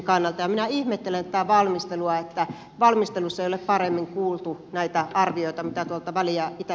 minä ihmettelen tätä valmistelua että valmistelussa ei ole paremmin kuultu näitä arvioita mitä tuolta väli ja itä